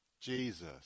Jesus